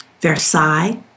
Versailles